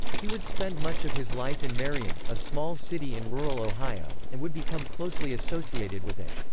he would spend much of his life in marion, a small city in rural ohio, and would become closely associated with it.